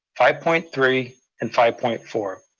five point three and five point four.